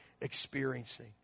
experiencing